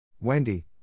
Wendy